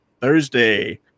Thursday